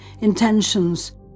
intentions